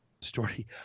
story